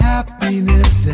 Happiness